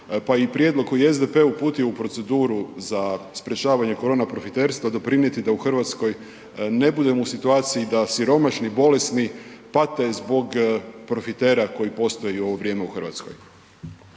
pa i prijedlog koji je SDP uputio u proceduru za sprječavanje korona profiterstva doprinijeti da u Hrvatskoj ne budemo u situaciji da siromašni, bolesni pate zbog profitera koji postoje u ovo vrijeme u Hrvatskoj.